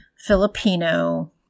Filipino